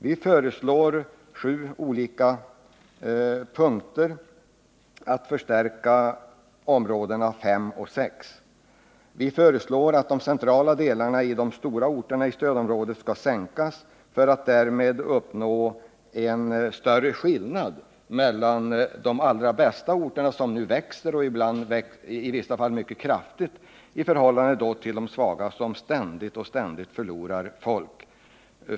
Vi föreslår sju olika åtgärder för att förstärka områdena 5 och 6. Vi föreslår att de centrala delarna i de stora orterna i stödområdet skall sänkas för att man därmed skall uppnå en större skillnad mellan de bästa orterna som nu växer — i vissa fall mycket kraftigt — i förhållande till de svaga orterna som ständigt förlorar folk.